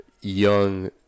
young